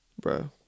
Bro